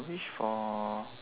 wish for